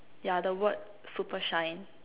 yeah the word super shine